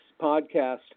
podcast